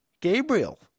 Gabriel